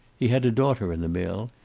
he had a daughter in the mill.